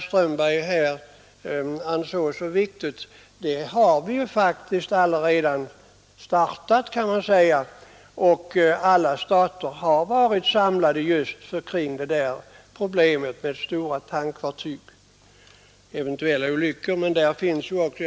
Strömberg ansåg vara så viktigt har vi alltså, kan man säga, redan startat; alla berörda stater har varit samlade och diskuterat problemet med eventuella olyckor med stora tankfartyg osv.